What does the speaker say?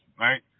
right